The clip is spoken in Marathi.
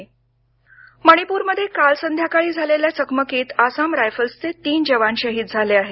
मणिपर चकमक मणिपूरमध्ये काल संध्याकाळी झालेल्या चकमकीत आसाम रायफल्सचे तीन जवान शहीद झालेल्या आहेत